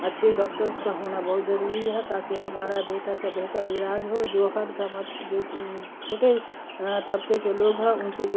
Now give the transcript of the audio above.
اچھے ڈاکٹرس کا ہونا بہت ضروری ہے تاکہ ہمارا بہتر سے بہتر علاج ہو جو ہر سماج جو چھوٹے طبقے کے لوگ ہیں ان کے جو